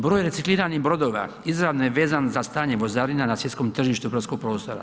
Broj recikliranih brodova izravno je vezan za stanje vozirana na svjetskom tržištu brodskog prostora.